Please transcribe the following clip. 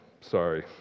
Sorry